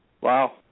Wow